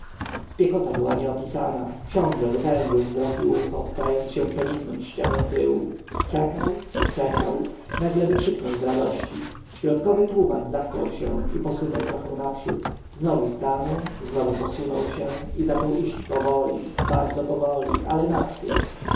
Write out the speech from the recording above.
spiekota była nieopisana książę wytężył wzrok i ucho starając się przeniknąć ścianę pyłu czekał czekał nagle wykrzyknął z radości środkowy tuman zachwiał się i posunął trochę naprzód znowu stanął znowu posunął się i zaczął iść powoli bardzo powoli ale naprzód